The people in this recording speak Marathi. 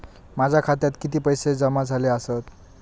माझ्या खात्यात किती पैसे जमा झाले आसत?